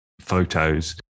photos